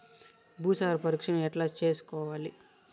భూసార పరీక్షను ఎట్లా చేసుకోవాలి?